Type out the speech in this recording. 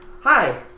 Hi